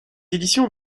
éditions